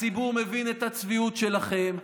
הציבור מבין את הצביעות שלכם,